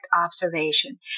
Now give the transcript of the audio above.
observation